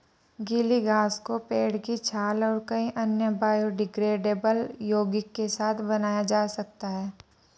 गीली घास को पेड़ की छाल और कई अन्य बायोडिग्रेडेबल यौगिक के साथ बनाया जा सकता है